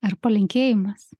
ar palinkėjimas